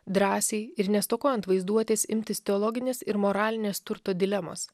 drąsiai ir nestokojant vaizduotės imtis teologinės ir moralinės turto dilemos